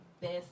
best